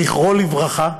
זכרו לברכה,